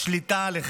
אין שליטה עליכם.